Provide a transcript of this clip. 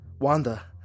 Wanda